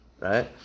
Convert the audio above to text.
Right